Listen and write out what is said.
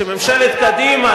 שממשלת קדימה,